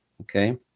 okay